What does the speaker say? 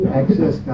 access